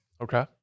Okay